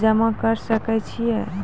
जमा करें सके छियै?